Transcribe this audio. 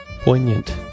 Poignant